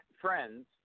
friends